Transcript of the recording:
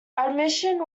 admission